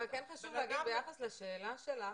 ביחס לשאלה שלך,